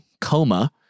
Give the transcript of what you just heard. coma